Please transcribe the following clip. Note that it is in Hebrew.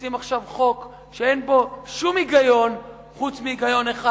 מכניסים עכשיו חוק שאין בו שום היגיון חוץ מהיגיון אחד,